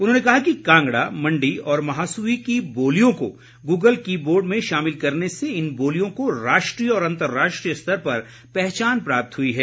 उन्होंने कहा कि कांगडा मण्डी और महासुवी की बोलियों को गूगल की बोर्ड में शामिल करने से इन बोलियों को राष्ट्रीय और अंतर्राष्ट्रीय स्तर पर पहचान प्राप्त हुई है